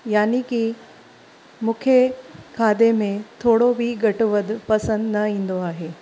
यानि की मूंखे खाधे में थोड़ो बि घटि वधि पसंदि न ईंदो आहे